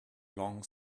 long